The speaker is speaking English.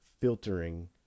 filtering